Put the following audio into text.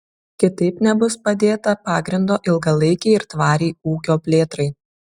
kitaip nebus padėta pagrindo ilgalaikei ir tvariai ūkio plėtrai